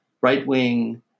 right-wing